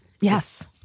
Yes